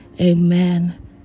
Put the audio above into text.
amen